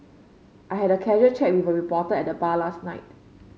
I had a casual chat with a reporter at the bar last night